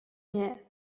nie